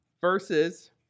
versus